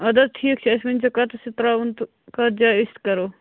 اَدٕ حظ ٹھیٖک چھُ اَسہِ ؤنۍزیٚو کَتٮ۪س چھُ ترٛاوُن تہٕ کَتھ جایہِ أسۍ کَرو